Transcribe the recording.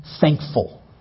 thankful